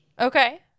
Okay